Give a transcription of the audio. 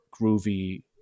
groovy